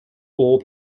all